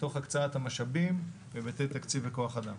תוך הקצאת המשאבים בהיבטי תקציב וכוח אדם.